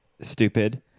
stupid